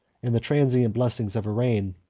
and the transient blessings of a reign,